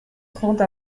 trente